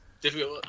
Difficult